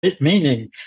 Meaning